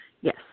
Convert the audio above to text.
Yes